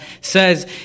says